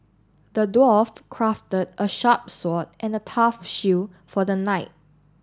the dwarf crafted a sharp sword and a tough shield for the knight